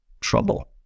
trouble